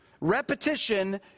Repetition